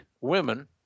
women